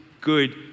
good